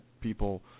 people